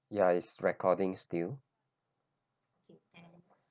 ya it's recording still